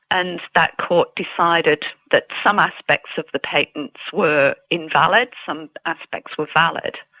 and that court decided that some aspects of the patents were invalid, some aspects were valid.